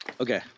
Okay